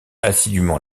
assidûment